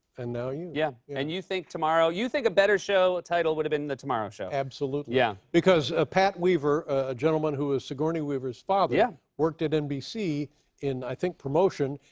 and now you. yeah. and you think tomorrow you think a better show ah title would have been the tomorrow show? absolutely. yeah because ah pat weaver, a gentleman who is sigourney weaver's father yeah worked at nbc in, i think, promotion,